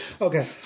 Okay